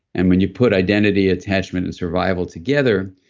and when you put identity, attachment, and survival together,